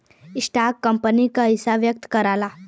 stock company क हिस्सा का व्यक्त करला